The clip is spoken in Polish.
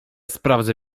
sprawdzę